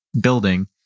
building